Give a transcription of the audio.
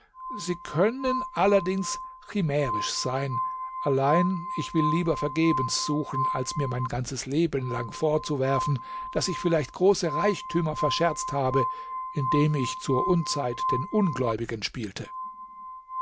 sie können allerdings chimärisch sein allein ich will lieber vergebens suchen als mir mein ganzes leben lang vorwerfen daß ich vielleicht große reichtümer verscherzt habe indem ich zur unzeit den ungläubigen spielte